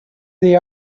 they